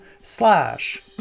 slash